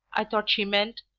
i thought she meant,